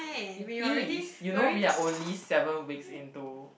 it is you know we are only seven weeks into